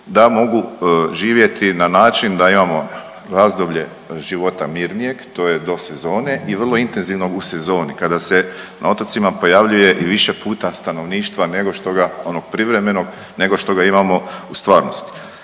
da mogu živjeti na način da imao razdoblje života mirnijeg to je do sezone i vrlo intenzivnog u sezoni kada se na otocima pojavljuje i više puta stanovništva nego što ga onog privremeno, nego što ga imamo u stvarnosti